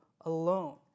alone